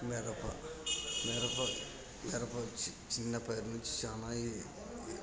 మిరప మిరప మిరప చి చిన్న పైరు నుంచి చాలా ఈ